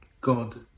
God